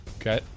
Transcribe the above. okay